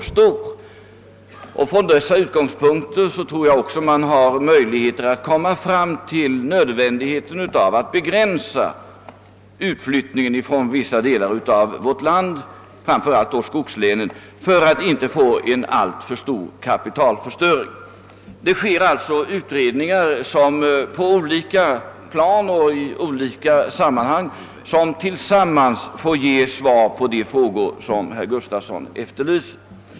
Jag tror att man från dessa utgångspunkter kan komma fram till att det är nödvändigt att begränsa utflyttningen från vissa delar av vårt land, framför allt då skogslänen, för att inte få en alltför stor kapitalförstöring. — Det sker alltså utredningar på olika plan och i olika sammanhang som tillsammans får ge svar på de frågor herr Gustavsson i Alvesta ställde.